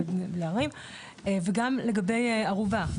בית דין לערערים וגם לגבי ערובה,